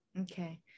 Okay